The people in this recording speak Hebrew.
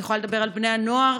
אני יכולה לדבר על בני הנוער,